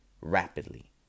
rapidly